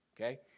okay